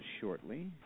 shortly